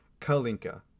Kalinka